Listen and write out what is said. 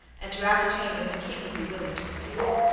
and to ascertain when the king would be willing to receive it.